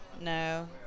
No